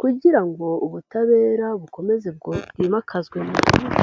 kugira ngo ubutabera bukomeze bwimakazwe mu gihugu.